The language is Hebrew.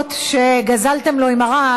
הדקות שגזלתם לו עם הרעש,